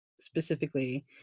specifically